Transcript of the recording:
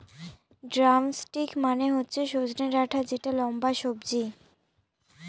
drumstick মানে হচ্ছে সজনে ডাটা যেটা লম্বা সবজি